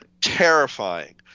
Terrifying